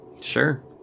Sure